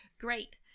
great